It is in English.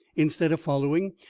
instead of following,